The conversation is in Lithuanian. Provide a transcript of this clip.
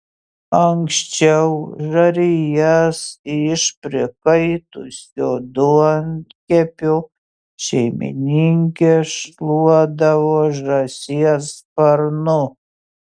anksčiau žarijas iš prikaitusio duonkepio šeimininkės šluodavo žąsies sparnu